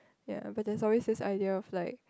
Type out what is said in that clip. ya but there's always this idea of like